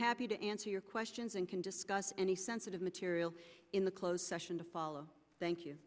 happy to answer your questions and and discuss any sensitive material in the closed session to follow thank you